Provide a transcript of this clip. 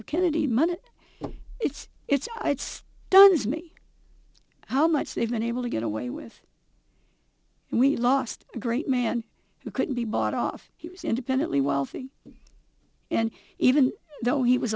of kennedy money it's it's it's done it's me how much they've been able to get away with and we lost a great man who couldn't be bought off he was independently wealthy and even though he was